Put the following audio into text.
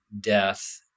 death